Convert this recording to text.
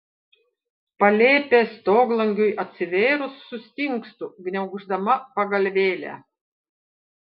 palėpės stoglangiui atsivėrus sustingstu gniauždama pagalvėlę